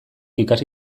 ikasi